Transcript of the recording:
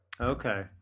okay